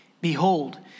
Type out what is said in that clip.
Behold